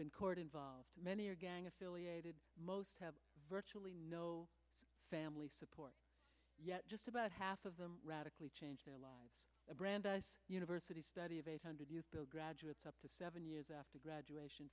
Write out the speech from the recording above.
been court involved many are gang affiliated most have virtually no family support yet just about half of them radically change their lives brandeis university study of eight hundred youth build graduates up to seven years after graduation